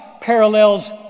parallels